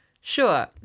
sure